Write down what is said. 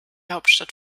hauptstadt